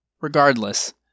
Regardless